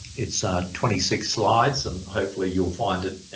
it's twenty six slides and hopefully you'll find it